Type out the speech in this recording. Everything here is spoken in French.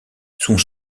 sous